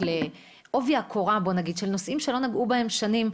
לעובי הקורה של נושאים שלא נגעו בהם שנים.